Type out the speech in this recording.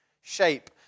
shape